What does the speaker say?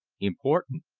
important.